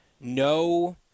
no